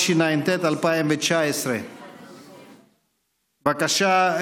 התשע"ט 2019. בבקשה.